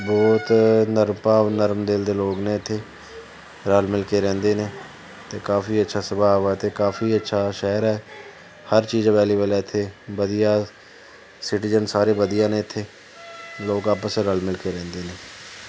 ਬਹੁਤ ਨਰਮ ਭਾਵ ਨਰਮ ਦਿਲ ਦੇ ਲੋਕ ਨੇ ਇੱਥੇ ਰਲ ਮਿਲ ਕੇ ਰਹਿੰਦੇ ਨੇ ਅਤੇ ਕਾਫੀ ਅੱਛਾ ਸੁਭਾਵ ਆ ਅਤੇ ਕਾਫੀ ਅੱਛਾ ਸ਼ਹਿਰ ਹੈ ਹਰ ਚੀਜ਼ ਅਵੇਲੇਬਲ ਹੈ ਇੱਥੇ ਵਧੀਆ ਸਿਟੀਜਨ ਸਾਰੇ ਵਧੀਆ ਨੇ ਇੱਥੇ ਲੋਕ ਆਪਸ ਵਿੱਚ ਰਲ ਮਿਲ ਕੇ ਰਹਿੰਦੇ ਨੇ